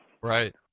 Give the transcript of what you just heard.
Right